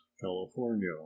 California